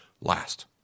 last